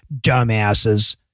dumbasses